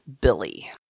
Billy